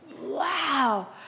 wow